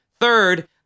Third